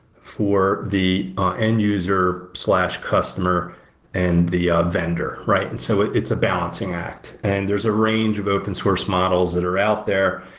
for the end user customer and the vendor, right? and so it's a balancing act, and there's a range of open-source models that are out there,